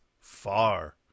far